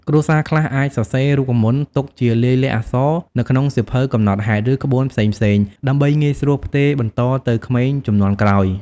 គ្រួសារខ្លះអាចសរសេររូបមន្តទុកជាលាយលក្ខណ៍អក្សរនៅក្នុងសៀវភៅកំណត់ហេតុ ឬក្បួនផ្សេងៗ ដើម្បីងាយស្រួលផ្ទេរបន្តទៅក្មេងជំនាន់ក្រោយ។